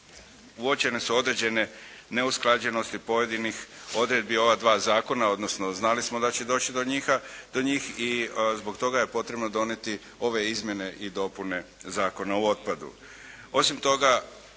uočene su određene neusklađenosti pojedinih odredbi ova dva zakona, odnosno znali smo da će doći do njih i zbog toga je potrebno donijeti ove izmjene i dopune Zakona o otpadu.